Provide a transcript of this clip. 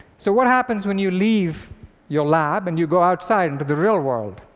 so what happens when you leave your lab, and you go outside into the real world?